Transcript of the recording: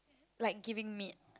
like giving meat